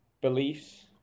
beliefs